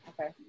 Okay